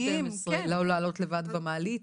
או אחריות פלילית, גיל 12. לעלות לבד במעלית.